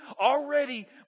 Already